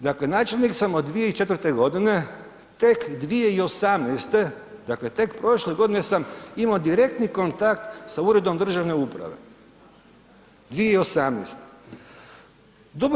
Dakle načelnik sam od 2004. g. tek 2018., dakle tek prošle godine sam imao direktni kontakt sa uredom državne uprave, 2018.